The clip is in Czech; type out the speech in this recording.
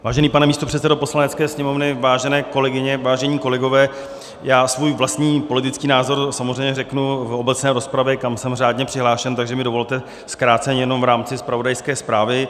Vážený pane místopředsedo Poslanecké sněmovny, vážené kolegyně, vážení kolegové, já svůj vlastní politický názor samozřejmě řeknu v obecné rozpravě, kam jsem řádně přihlášen, takže mi dovolte zkráceně jenom v rámci zpravodajské zprávy.